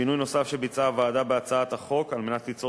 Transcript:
3. שינוי נוסף שביצעה הוועדה בהצעת החוק על מנת ליצור